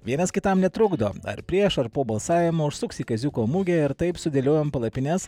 vienas kitam netrukdo ar prieš ar po balsavimo užsuks į kaziuko mugę ir taip sudėliojom palapines